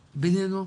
בינינו,